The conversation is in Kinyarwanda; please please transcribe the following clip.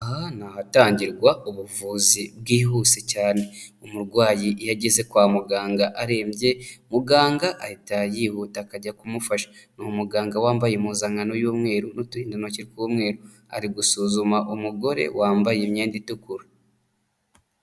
Aha ni hatangirwa ubuvuzi bwihuse cyane. Umurwayi iyo ageze kwa muganga arembye, muganga ahita yihuta akajya kumufasha. Umuganga wambaye impuzankano y'umweru n'uturindantoki twu'umweru, ari gusuzuma umugore wambaye imyenda itukura.